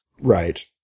right